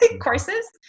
courses